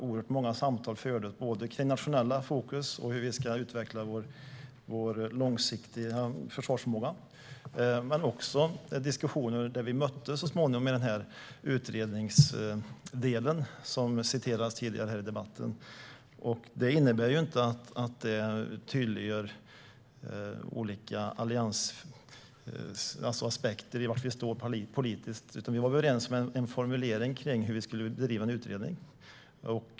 Oerhört många samtal fördes om nationella fokus och hur vi ska utveckla vår långsiktiga försvarsförmåga, men det fördes också diskussioner som vi så småningom mötte med den utredningsdel som citerades tidigare i debatten. Det innebär inte att det tydliggör olika aspekter i var Alliansen står politiskt, utan vi var överens om en formulering kring hur vi skulle bedriva en utredning.